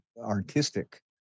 artistic